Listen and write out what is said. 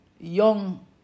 young